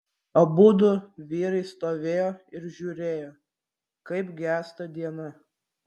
abudu vyrai stovėjo ir žiūrėjo kaip gęsta diena